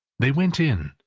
they went in.